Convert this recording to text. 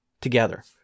together